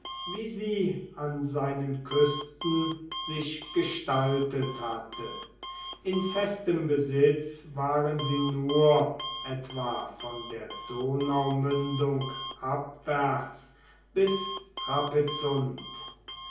wie sie an seinen küsten sich gestaltet hatte in festem besitz waren sie nur etwa von der donaumündung abwärts bis